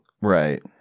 Right